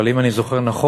אבל אם אני זוכר נכון,